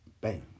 bang